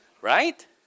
Right